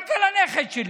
רק הנכד שלי,